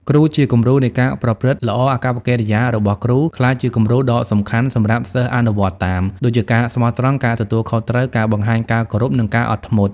គ្រូជាគំរូនៃការប្រព្រឹត្តល្អអាកប្បកិរិយារបស់គ្រូ ក្លាយជាគំរូដ៏សំខាន់សម្រាប់សិស្សអនុវត្តតាម ដូចជាការស្មោះត្រង់ ការទទួលខុសត្រូវ ការបង្ហាញការគោរព និងការអត់ធ្មត់។